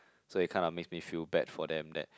so it kind of makes me feel bad for them that